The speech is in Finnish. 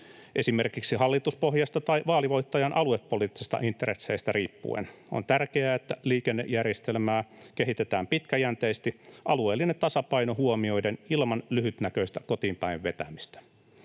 esimerkiksi hallituspohjasta tai vaalivoittajan aluepoliittisista intresseistä riippuen. On tärkeää, että liikennejärjestelmää kehitetään pitkäjänteisesti alueellinen tasapaino huomioiden ilman lyhytnäköistä kotiinpäin vetämistä.